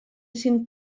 cinc